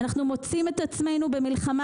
אנחנו מוצאים את עצמנו במלחמה